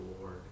Lord